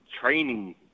training